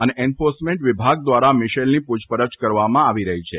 અને એન્ફોર્સમેન્ટ વિભાગ દ્વારા મીશેલની પૂછપરછ કરવામાં આવી રહી છે